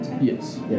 Yes